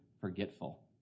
forgetful